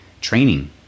training